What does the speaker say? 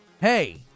Hey